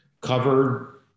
covered